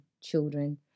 children